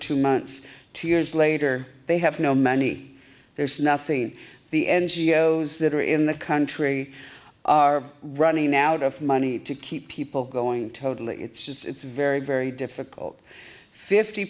two months two years later they have no money there's nothing the n g o s that are in the country are running out of money to keep people going totally it's very very difficult fifty